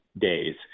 Days